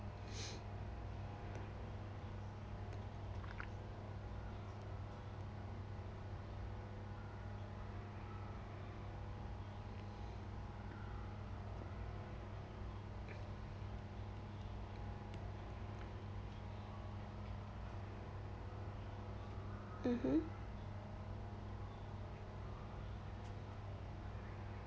mmhmm